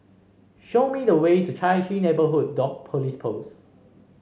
show me the way to Chai Chee Neighbourhood Dot Police Post